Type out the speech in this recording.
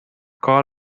کار